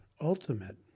ultimate